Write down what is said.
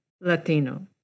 Latino